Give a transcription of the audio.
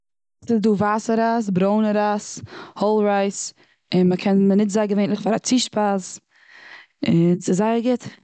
ס'איז דא ווייסע רייז, ברוינע רייז, הויל רייז, און מ'קען, מ'ניצט זיי געווענליך פאר א צושפייז. און ס'איז זייער גוט.